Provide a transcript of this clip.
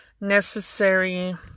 necessary